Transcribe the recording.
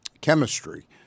chemistry